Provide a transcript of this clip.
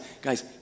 guys